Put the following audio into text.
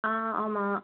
ஆமாம்